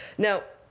now,